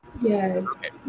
Yes